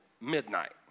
midnight